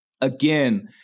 again –